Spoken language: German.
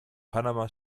panama